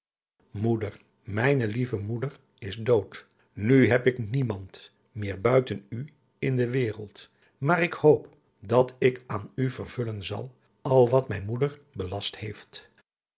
mijne lieve moeder is dood nu heb ik niemand meer buiten u in de wéreld maar ik hoop dat ik aan u vervullen zal al wat mij moeder belast heeft